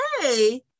hey